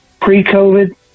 Pre-COVID